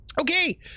Okay